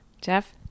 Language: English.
Jeff